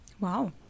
Wow